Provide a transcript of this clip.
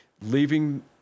leaving